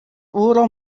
oeral